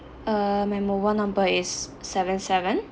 uh my mobile number is seven seven